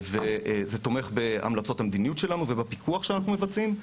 זה תומך בהמלצות המדיניות שלנו ובפיקוח שאנחנו מבצעים.